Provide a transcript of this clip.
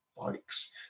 bikes